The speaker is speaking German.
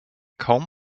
kaum